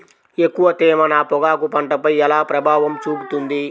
ఎక్కువ తేమ నా పొగాకు పంటపై ఎలా ప్రభావం చూపుతుంది?